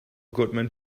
goodman